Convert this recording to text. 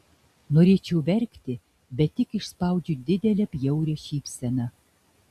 norėčiau verkti bet tik išspaudžiu didelę bjaurią šypseną